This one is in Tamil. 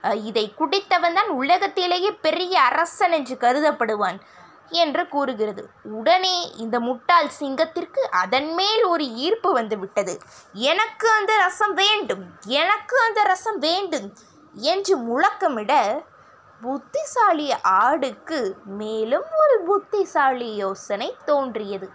இதை குடித்தவன் தான் உலகத்திலேயே பெரிய அரசன் என்று கருதப்படுவான் என்று கூறுகிறது உடனே இந்த முட்டாள் சிங்கத்திற்கு அதன் மேல் ஒரு ஈர்ப்பு வந்துவிட்டது எனக்கு அந்த ரசம் வேண்டும் எனக்கு அந்த ரசம் வேண்டும் என்று முழக்கமிட புத்திசாலி ஆடுக்கு மேலும் ஒரு புத்திசாலியோசனை தோன்றியது